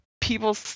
People